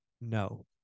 no